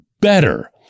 better